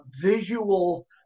visual